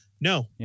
No